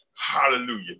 Hallelujah